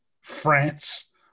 France